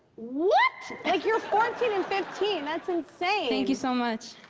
what! like, you're fourteen and fifteen, that's insane. thank you so much.